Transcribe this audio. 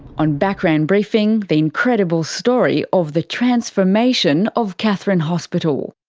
on background briefing the incredible story of the transformation of katherine hospital,